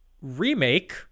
remake